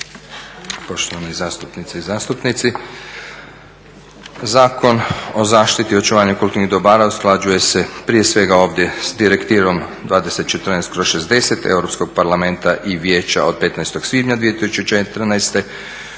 poštovane zastupnice i zastupnici. Zakon o zaštiti i očuvanju kulturnih dobara usklađuje se prije svega ovdje s Direktivom 2014/60 Europskog parlamenta i Vijeća od 15. svibnja 2014.